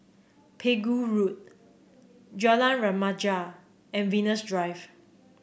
Pegu Road Jalan Remaja and Venus Drive